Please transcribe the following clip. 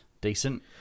Decent